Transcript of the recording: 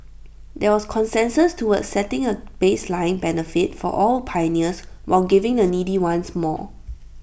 there was consensus towards setting A baseline benefit for all pioneers while giving the needy ones more